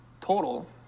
total